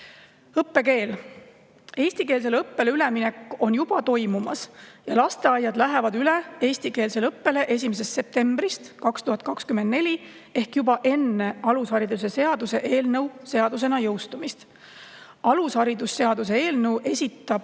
Õppekeel. Eestikeelsele õppele üleminek on juba toimumas ja lasteaiad lähevad üle eestikeelsele õppele 1. septembrist 2024 ehk juba enne alusharidusseaduse eelnõu seadusena jõustumist. Alusharidusseaduse eelnõu esitab